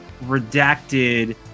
redacted